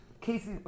Casey